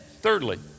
Thirdly